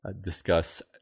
discuss